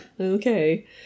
Okay